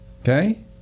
Okay